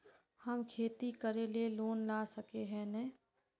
हम खेती करे ले लोन ला सके है नय?